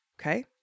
Okay